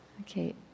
Okay